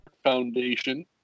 Foundation